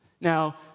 Now